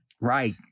Right